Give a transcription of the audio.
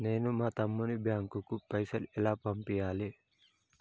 నేను మా తమ్ముని బ్యాంకుకు పైసలు ఎలా పంపియ్యాలి?